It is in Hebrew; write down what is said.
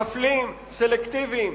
מפלים, סלקטיביים.